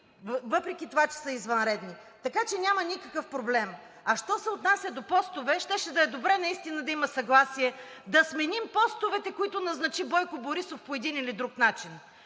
въпреки че са извънредни. Така че няма никакъв проблем. А що се отнася до постове, щеше да е добре наистина да има съгласие да сменим постовете, които назначи Бойко Борисов, по един или друг начин